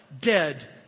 dead